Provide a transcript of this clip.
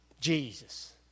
Jesus